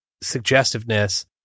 suggestiveness